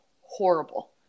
horrible